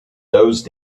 those